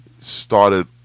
Started